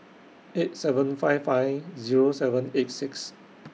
eight seven five five Zero seven eight six